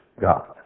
God